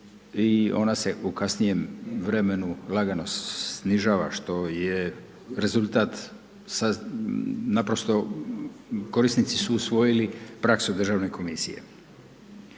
i ona se u kasnije vremenu lagano snižava što je rezultat naprosto korisnici su usvojili praksu Državne komisije.